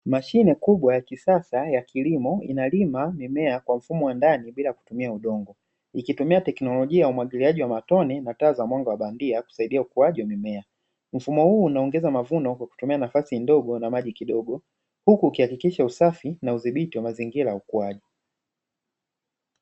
Mashine kubwa ya kisasa ya kilimo inalima mimea kwa mfumo wa ndani bila kutumia udongo, ikitumia teknolojia ya umwagiliaji wa matone na taa za mwanga wa bandia kusaidia ukuaji wa mimea. Mfumo huu unaongeza mavuno kwa kutumia nafasi ndogo na maji kidogo huku ukihakikisha usafi na udhibiti wa mazingira ya ukuaji.